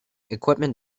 equipment